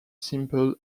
simple